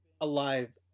alive